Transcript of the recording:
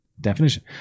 definition